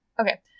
Okay